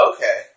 Okay